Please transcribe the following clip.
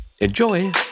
Enjoy